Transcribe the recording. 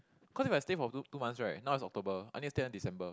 cause if I stay for two two months right now is October I need to stay until December